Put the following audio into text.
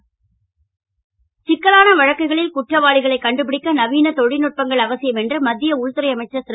ரா ஜ்நாத் சிங் சிக்கலான வழக்குகளில் குற்றவாளிகளை கண்டுபிடிக்க நவீன தொ ல்நுட்பங்கள் அவசியம் என்று மத் ய உள்துறை அமைச்சர் ரு